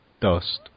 Dust